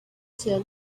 ciudad